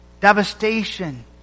devastation